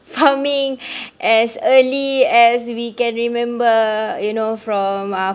farming as early as we can remember you know from uh